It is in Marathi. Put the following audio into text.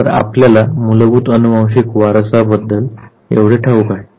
तर आपल्याला मुलभूत अनुवांशिक वारसा बद्दल एवढे ठाऊक आहे